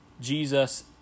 Jesus